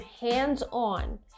hands-on